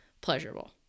pleasurable